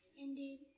Indeed